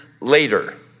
later